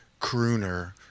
crooner